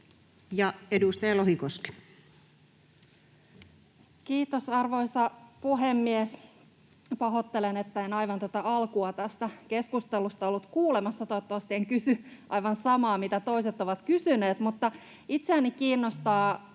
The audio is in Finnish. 12:50 Content: Kiitos, arvoisa puhemies! Pahoittelen, että en aivan tätä alkua tästä keskustelusta ollut kuulemassa — toivottavasti en kysy aivan samaa, mitä toiset ovat kysyneet. Itseäni kiinnostaa